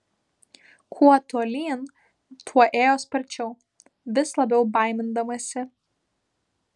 kuo tolyn tuo ėjo sparčiau vis labiau baimindamasi